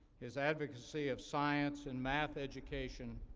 his advocacy of science and math education,